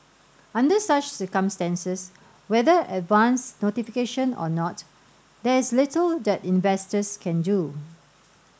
under such circumstances whether advance notification or not there is little that investors can do